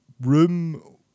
room